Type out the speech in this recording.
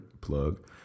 plug